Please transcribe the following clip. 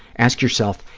ask yourself,